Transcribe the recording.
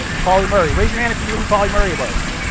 pauley murray. raise your hand if you knew who pauley murray was.